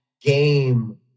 game